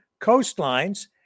coastlines